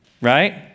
Right